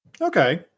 Okay